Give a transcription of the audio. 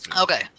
okay